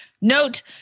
note